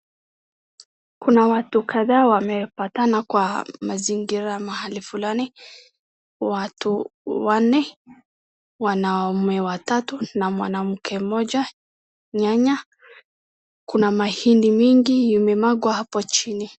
Kuna watu kadhaa wamepatana kwa mazingira mahali fulani, watu wanne, wanaume watatu na mwanamke mmoja nyanya, kuna mahindi nyingi imemwagwa hapo chini.